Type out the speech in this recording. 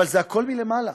אבל זה הכול מלמעלה.